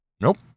Nope